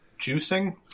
juicing